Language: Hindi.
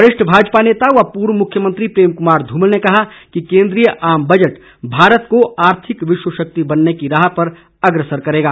वरिष्ठ भाजपा नेता व पूर्व मुख्यमंत्री प्रेम कुमार धूमल ने कहा है कि केंद्रीय आम बजट भारत को आर्थिक विश्व शक्ति बनने की राह पर अग्रसर करेगा